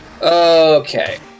Okay